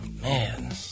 man